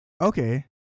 Okay